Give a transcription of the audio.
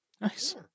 Nice